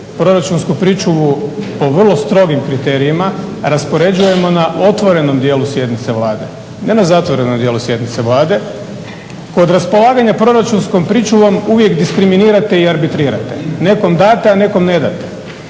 Proračunsku pričuvu po vrlo strogim kriterijima raspoređujemo na otvorenom dijelu sjednice Vlade ne na zatvorenom dijelu sjednice Vlade. Kod raspolaganja proračunskom pričuvom uvijek diskriminirate i arbitrirate. Nekom date, a nekom ne date.